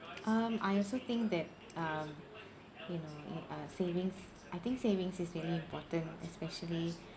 um I also think that um you know uh savings I think savings is really important especially